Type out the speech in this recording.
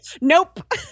Nope